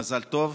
מזל טוב.